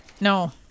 No